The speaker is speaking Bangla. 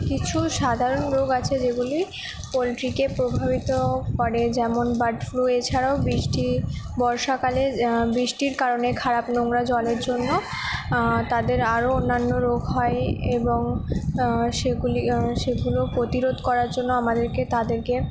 কিছু সাধারণ রোগ আছে যেগুলি পোলট্রিকে প্রভাবিত করে যেমন বার্ড ফ্লু এছাড়াও বৃষ্টি বর্ষাকালে বৃষ্টির কারণে খারাপ নোংরা জলের জন্য তাদের আরও অন্যান্য রোগ হয় এবং সেগুলি সেগুলো প্রতিরোধ করার জন্য আমাদেরকে তাদেরকে